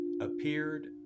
appeared